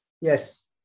Yes